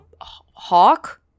hawk